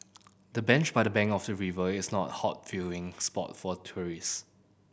the bench by the bank of the river is not a hot viewing spot for tourists